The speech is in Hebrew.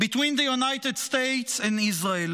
between the United States and Israel.